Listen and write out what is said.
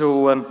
Jag